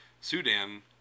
Sudan